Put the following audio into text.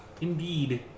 Indeed